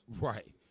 right